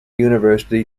university